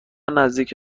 نزدیک